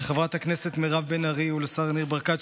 לחברת הכנסת מירב בן ארי ולשר ניר ברקת,